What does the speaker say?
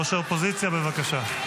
ראש האופוזיציה, בבקשה.